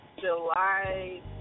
July